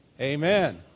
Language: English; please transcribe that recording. amen